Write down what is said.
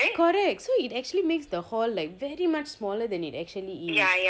correct so it actually makes the whole like very much smaller than it actually is